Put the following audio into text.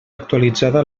actualitzada